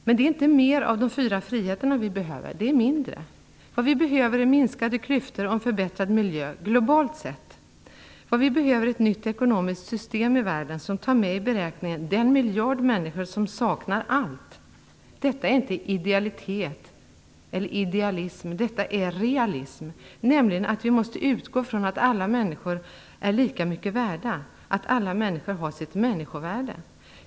Men det är inte mer av de fyra friheterna vi behöver, utan det är mindre. Vi behöver minskade klyftor och en förbättrad miljö globalt sett. Vi behöver ett nytt ekonomiskt system i världen som tar med i beräkningen den miljard människor som saknar allt. Detta är inte idealitet eller idealism. Detta är realism. Vi måste utgå från att alla människor är lika mycket värda, att alla människor har sitt människovärde.